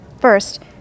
First